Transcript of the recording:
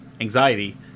anxiety